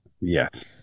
Yes